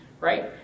Right